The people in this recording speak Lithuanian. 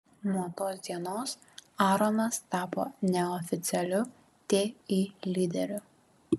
nuo tos dienos aronas tapo neoficialiu ti lyderiu